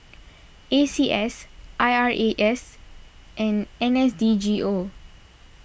A C S I R A S and N S D G O